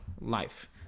life